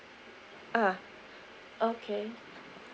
uh okay